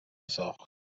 ساخت